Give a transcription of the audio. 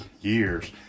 years